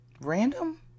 random